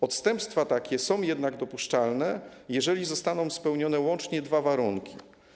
Odstępstwa są jednak dopuszczalne, jeżeli zostaną spełnione łącznie dwa warunki.